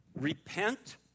Repent